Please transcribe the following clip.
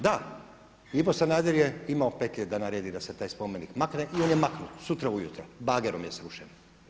Da, Ivo Sanader je imao petlje da naredi da se taj spomenik makne i on je maknut sutra ujutro, bagerom je srušen.